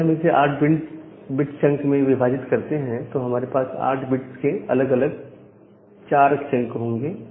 अगर हम इसे 8 बिट्स चंक में विभाजित करते हैं तो हमारे पास 8 बिट्स के चार अलग अलग चंक होंगे